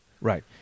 Right